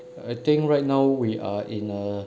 I think right now we are in a